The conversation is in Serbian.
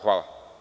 Hvala.